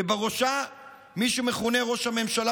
ובראשה מי שמכונה ראש הממשלה,